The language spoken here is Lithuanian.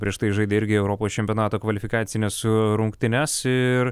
prieš tai žaidė irgi europos čempionato kvalifikacines rungtynes ir